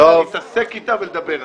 להתעסק איתה ולדבר עליה.